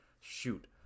shoot